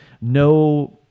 no